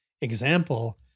example